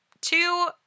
two